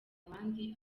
abandi